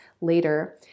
later